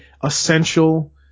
essential